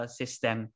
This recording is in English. system